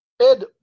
Ed